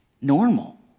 normal